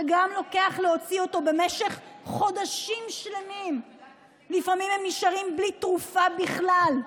שגם להוציא אותו לוקח חודשים שלמים ולפעמים הם נשארים בלי תרופה בכלל,